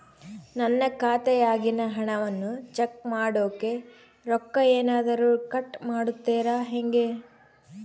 ನನ್ನ ಖಾತೆಯಾಗಿನ ಹಣವನ್ನು ಚೆಕ್ ಮಾಡೋಕೆ ರೊಕ್ಕ ಏನಾದರೂ ಕಟ್ ಮಾಡುತ್ತೇರಾ ಹೆಂಗೆ?